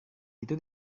itu